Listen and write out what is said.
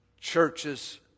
churches